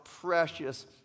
precious